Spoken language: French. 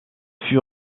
fut